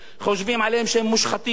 חושבים עליהם שהם מושחתים,